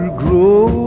grow